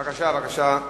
בבקשה.